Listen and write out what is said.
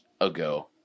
ago